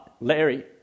Larry